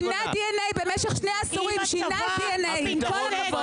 הוא שינה דנ"א במשך שני עשורים, עם כל הכבוד.